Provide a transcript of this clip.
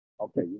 Okay